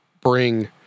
bring